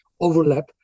overlap